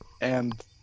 And-